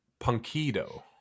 Punkido